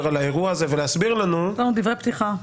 על האירוע הזה ולהסביר לנו --- דברי פתיחה.